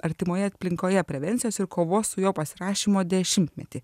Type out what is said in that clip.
artimoje aplinkoje prevencijos ir kovos su juo pasirašymo dešimtmetį